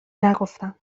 نگفتم